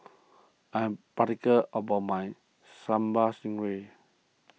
I am particular about my Sambal Stingray